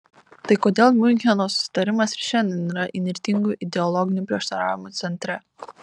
tai kodėl miuncheno susitarimas ir šiandien yra įnirtingų ideologinių prieštaravimų centre